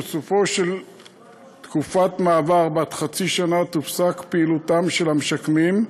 ובסופה של תקופת מעבר בת חצי שנה תופסק פעילותם של המשקמים,